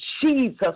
Jesus